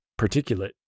particulate